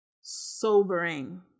sobering